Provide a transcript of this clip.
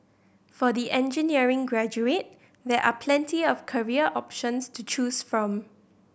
for the engineering graduate there are plenty of career options to choose from